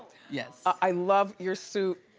yes. i love your suit.